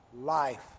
life